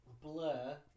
Blur